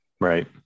right